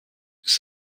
ist